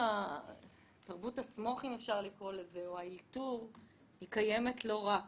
ה"סמוך" קיימת לא רק